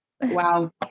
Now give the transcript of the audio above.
Wow